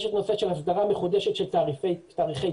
יש את הנושא של הסדרה מחודשת של תעריפי תפוגה.